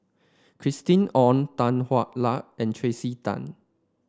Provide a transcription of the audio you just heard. Christina Ong Tan Hwa Luck and Tracey Tan